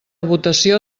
votació